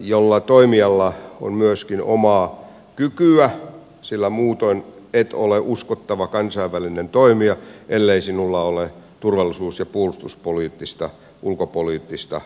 jolla toimijalla on myöskin omaa kykyä sillä muutoin et ole uskottava kansainvälinen toimija ellei sinulla ole turvallisuus ja puolustuspoliittista ulkopoliittista toimintakykyä